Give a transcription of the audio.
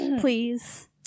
please